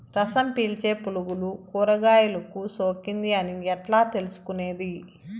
రసం పీల్చే పులుగులు కూరగాయలు కు సోకింది అని ఎట్లా తెలుసుకునేది?